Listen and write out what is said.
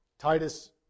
Titus